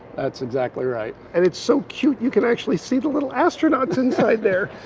that's exactly right. and it's so cute, you can actually see the little astronauts inside there.